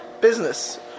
Business